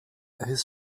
his